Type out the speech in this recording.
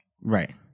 Right